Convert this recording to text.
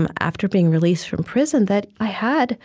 um after being released from prison that i had